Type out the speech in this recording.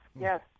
yes